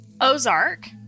Ozark